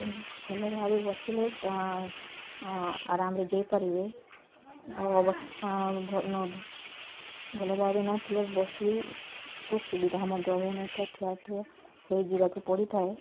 ଭଲ ଭାବେ ବସିଲେ ତ ଆରାମରେ ଯାଇ ପାରିବେ ଭଲ ଭାବରେ ନ ଥିଲେ ବସିବାକୁ ସୁବିଧା ମଧ୍ୟ ହୋଇନଥାଏ ଠିଆ ଠିଆ ହୋଇ ଯିବାକୁ ପଡ଼ିଥାଏ